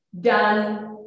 done